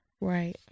right